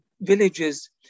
villages